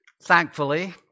thankfully